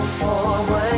forward